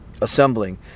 assembling